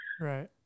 Right